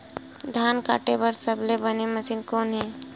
धान काटे बार सबले बने मशीन कोन हे?